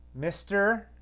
Mr